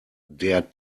der